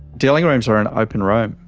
dealing rooms are an open room.